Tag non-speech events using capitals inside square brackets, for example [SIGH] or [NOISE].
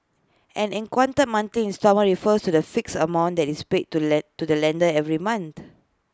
an equated monthly instalment refers to the fixed amount that is paid to [UNINTELLIGIBLE] to the lender every month